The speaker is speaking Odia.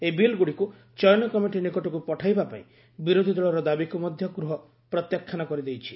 ଏହି ବିଲ୍ଗୁଡିକୁ ଚୟନ କମିଟି ନିକଟକୁ ପଠାଇବା ପାଇଁ ବିରୋଧୀ ଦଳର ଦାବିକୁ ମଧ୍ୟ ଗୃହ ପ୍ରତ୍ୟାଖ୍ୟାନ କରିଦେଇଛି